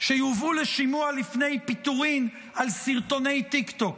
שיובאו לשימוע לפני פיטורין על סרטוני טיקטוק,